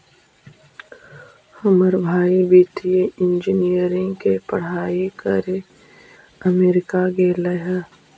हमर भाई वित्तीय इंजीनियरिंग के पढ़ाई करे अमेरिका गेले हइ